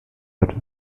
out